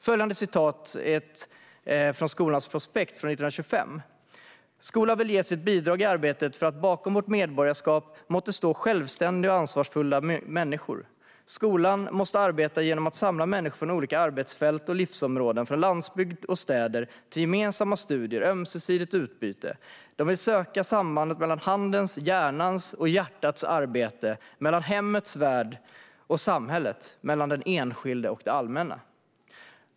Följande är ett citat från skolans prospekt 1925: "Skolan vill ge sitt bidrag i arbetet för att bakom vårt medborgarskap måtte stå självständiga och ansvarsfyllda människor. Skolan måste arbeta genom att samla människor från olika arbetsfält och livsområden, från landsbygd och städer, till gemensamma studier och ömsesidig utbyte. Den vill söka sambandet mellan handens, hjärnans och hjärtats arbete, mellan hemmets värld och samhället, mellan den enskilde och det allmänna."